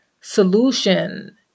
solution